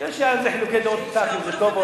שיישארו לכם לדיראון עולם.